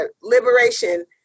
liberation